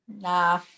Nah